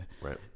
Right